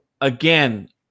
again